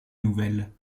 nouvelle